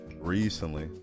recently